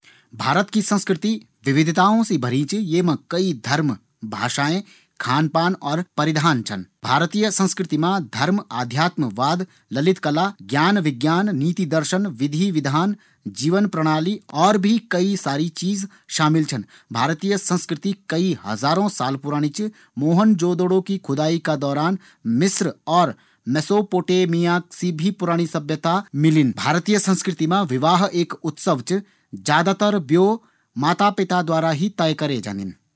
भारत की संस्कृति विविधताओं से भरी च। ये मा कई धर्म, भाषऐं, खानपान और परिधान छन। भारतीय संस्कृति मा धर्म, आध्यात्म, वाद, ललित, कला, ज्ञान, विज्ञान, नीति, दर्शन, विधि, विधान, जीवन प्रणाली और भी कई सारी चीज शामिल छन। भारतीय संस्कृति कई हजारों साल पुराणी च। मोहन जोदडो की खुदाई का दौरान मिश्र और मेसोपोटामिया से भी पुराणी सभ्यता मिलिन। भारतीय संस्कृति मा विवाह उत्सव च। ज्यादातर ब्यो माता पिता द्वारा ही तय करे जांदीन।